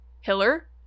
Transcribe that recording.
Hiller